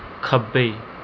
ਖੱਬੇ